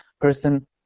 person